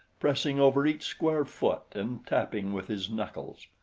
pressing over each square foot and tapping with his knuckles.